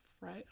right